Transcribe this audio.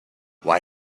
why